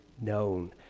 known